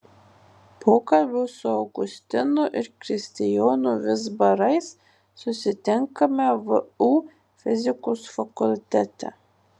pokalbio su augustinu ir kristijonu vizbarais susitinkame vu fizikos fakultete